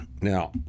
now